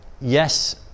yes